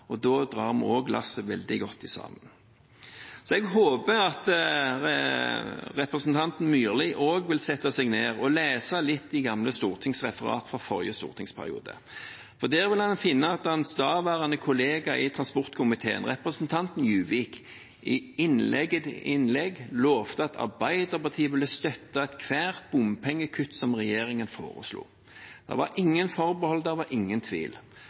Da drar vi også lasset veldig godt sammen. Jeg håper at representanten Myrli vil sette seg ned og lese litt i stortingsreferatene fra forrige stortingsperiode, for der vil han finne at hans daværende kollega i transportkomiteen representanten Juvik i innlegg etter innlegg lovet at Arbeiderpartiet ville støtte ethvert bompengekutt som regjeringen foreslo. Det var ingen forbehold, og det var ingen tvil.